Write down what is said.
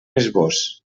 esbós